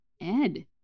Ed